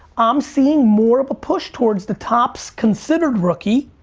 i'm seeing more of a push towards the topps considered rookie,